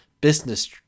business